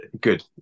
Good